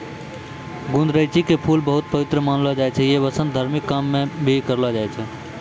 गुदरैंची के फूल बहुत पवित्र मानलो जाय छै यै वास्तं धार्मिक काम मॅ भी करलो जाय छै